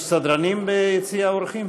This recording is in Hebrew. יש סדרנים ביציע האורחים?